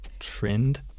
Trend